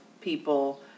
people